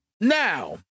Now